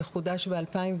וחודש ב-2020.